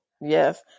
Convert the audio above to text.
Yes